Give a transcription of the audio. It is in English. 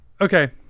Okay